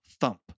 thump